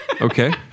okay